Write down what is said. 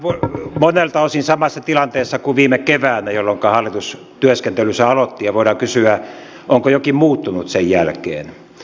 olemme monelta osin samassa tilanteessa kuin viime keväänä jolloinka hallitus työskentelynsä aloitti ja voidaan kysyä onko jokin muuttunut sen jälkeen